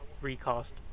recast